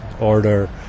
order